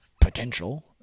potential